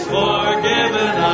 forgiven